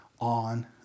on